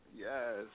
Yes